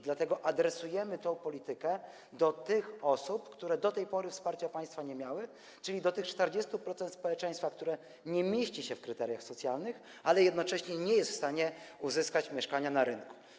Dlatego adresujemy tę politykę do osób, które do tej pory nie miały wsparcia państwa, czyli do tych 40% społeczeństwa, które nie mieszczą się w kryteriach socjalnych, ale jednocześnie nie są w stanie uzyskać mieszkania na rynku.